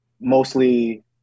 mostly